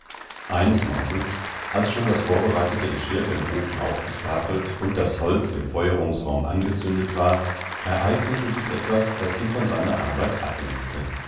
eines morgens als schon das vorbereitete geschirr im ofen aufgestapelt und das holz im feuerungsraum angezündet war ereignete sich etwas das ihn von seiner arbeit ablenkte